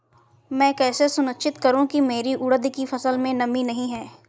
मैं कैसे सुनिश्चित करूँ की मेरी उड़द की फसल में नमी नहीं है?